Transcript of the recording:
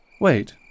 Wait